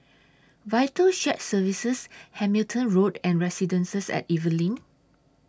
Vital Shared Services Hamilton Road and Residences At Evelyn